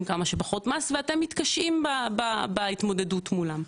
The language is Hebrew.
כמה שפחות מס ואתם מתקשים בהתמודדות מולם.